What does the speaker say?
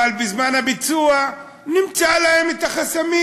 אבל בזמן הביצוע נמצא להם את החסמים.